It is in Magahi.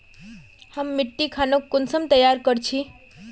हम मिट्टी खानोक कुंसम तैयार कर छी?